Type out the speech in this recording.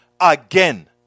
again